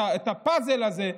את הפאזל הזה,